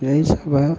यही सब है